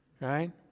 Right